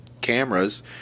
cameras